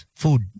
food